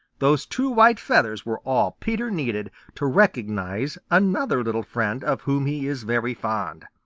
those two white feathers were all peter needed to recognize another little friend of whom he is very fond.